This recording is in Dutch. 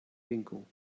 winkel